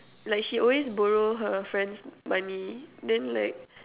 like she always borrow her friends money then like